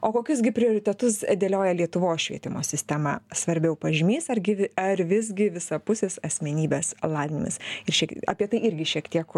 o kokius gi prioritetus dėlioja lietuvos švietimo sistema svarbiau pažymys ar gyvi ar visgi visapusės asmenybės lavinimas ir šiek apie tai irgi šiek tiek